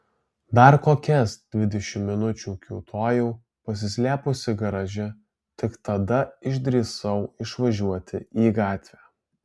dar kokias dvidešimt minučių kiūtojau pasislėpusi garaže tik tada išdrįsau išvažiuoti į gatvę